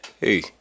Hey